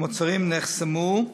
המוצרים נחסמו,